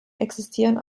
existieren